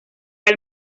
del